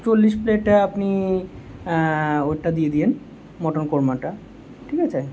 চল্লিশ প্লেটে আপনি ওটা দিয়ে দিয়েন মটন কোর্মাটা ঠিক আছে